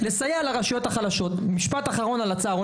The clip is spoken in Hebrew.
מוודא נוכחות סייעות וצוות גננות במעונות היום,